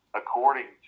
according